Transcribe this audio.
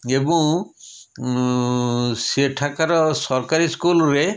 ଏବଂ ସେଠାକାର ସରକାରୀ ସ୍କୁଲ୍ରେ